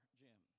jim